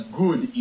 good